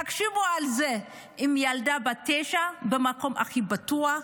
תקשיבו לזה, ילדה בת תשע, נעלמה מהמקום הכי בטוח,